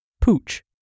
pooch